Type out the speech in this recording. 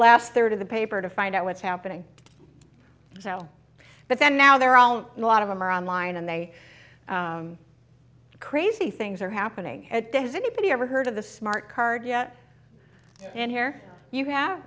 last third of the paper to find out what's happening but then now they're all a lot of them are online and they crazy things are happening at does anybody ever heard of the smart card yet and here you have